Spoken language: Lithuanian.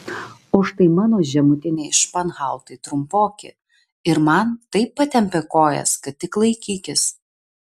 o štai mano žemutiniai španhautai trumpoki ir man taip patempė kojas kad tik laikykis